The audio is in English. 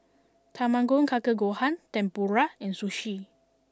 Tamago Kake Gohan Tempura and Sushi